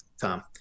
Tom